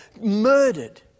murdered